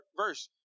verse